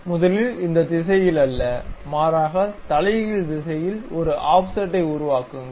முதலில் இந்த திசையில் அல்ல மாறாக தலைகீழ் திசையில் ஒரு ஆஃப்செட்டை உருவாக்குங்கள்